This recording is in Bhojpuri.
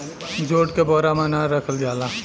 जूट के बोरा में अनाज रखल जाला